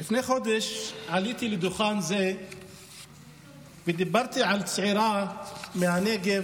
לפני חודש עליתי לדוכן זה ודיברתי על צעירה מהנגב